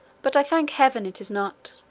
but i thank heaven it is not.